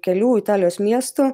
kelių italijos miestų